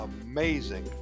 amazing